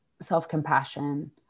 self-compassion